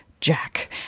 Jack